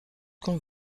qu’on